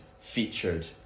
featured